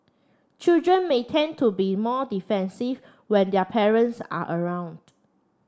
children may tend to be more defensive when their parents are around